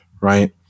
right